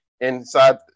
inside